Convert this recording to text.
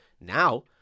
Now